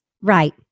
Right